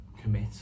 commit